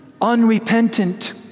unrepentant